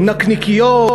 נקניקיות,